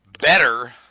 better